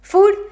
Food